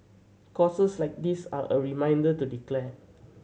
causes like this are a reminder to declare